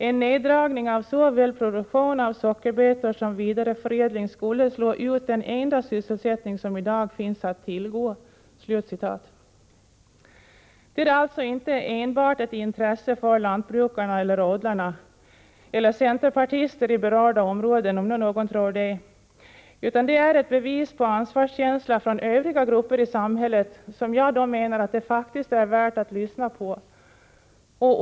En neddragning av såväl produktion av sockerbetor som vidareförädling skulle slå ut den enda sysselsättning som idag finns att tillgå.” Detta är alltså inte enbart ett intresse för lantbrukarna, odlarna eller centerpartister i berörda områden, om nu någon tror det, utan det är ett bevis på ansvarskänsla från övriga grupper i samhället, som jag menar att det faktiskt är värt att lyssna på.